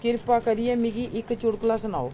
किरपा करियै मिगी इक चुटकला सुनाओ